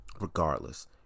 Regardless